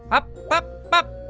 up, up, up.